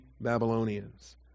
Babylonians